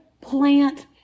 plant